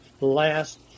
last